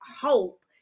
hope